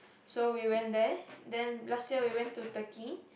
so we went there then last year we went to Turkey